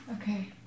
okay